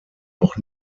noch